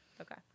Okay